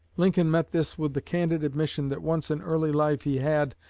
lincoln met this with the candid admission that once in early life he had,